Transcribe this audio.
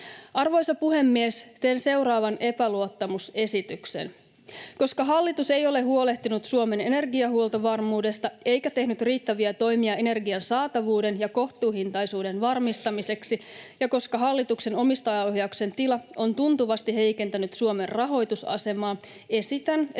Arvoisa puhemies! Teen seuraavan epäluottamusesityksen: Koska hallitus ei ole huolehtinut Suomen energiahuoltovarmuudesta eikä tehnyt riittäviä toimia energian saatavuuden ja kohtuuhintaisuuden varmistamiseksi, ja koska hallituksen omistajaohjauksen tila on tuntuvasti heikentänyt Suomen rahoitusasemaa, esitän, että